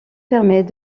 permet